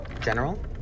general